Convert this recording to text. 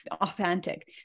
authentic